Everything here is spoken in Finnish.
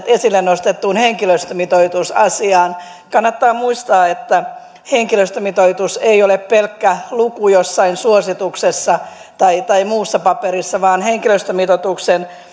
esille nostettuun henkilöstömitoitusasiaan kannattaa muistaa että henkilöstömitoitus ei ole pelkkä luku jossain suosituksessa tai tai muussa paperissa vaan henkilöstömitoituksen